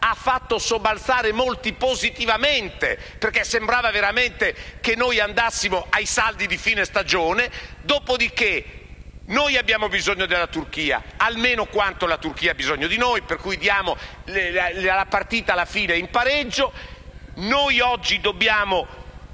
fatto sobbalzare positivamente molti, perché sembrava veramente che andassimo ai saldi di fine stagione. Dopodiché, abbiamo bisogno della Turchia almeno quanto la Turchia ha bisogno di noi. Per cui, alla fine diamo la partita in pareggio.